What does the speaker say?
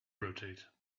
rotate